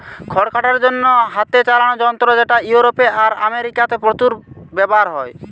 খড় কাটার জন্যে হাতে চালানা যন্ত্র যেটা ইউরোপে আর আমেরিকাতে প্রচুর ব্যাভার হয়